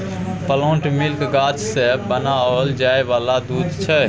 plant milk गाछ सँ बनाओल जाय वाला दूध छै